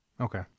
Okay